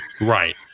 Right